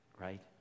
right